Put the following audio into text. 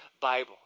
Bible